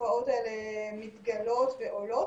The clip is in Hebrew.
התופעות האלה מתגלות ועולות